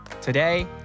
Today